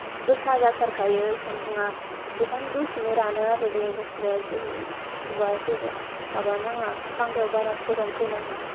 गोसा जाथारखायो सानदुंआ बेखायनो दसेनो रानो आरो बे गस्लाया जेबो सुबा जेबो माबा नाङा फांखायाव बारा फोरानफैनाङा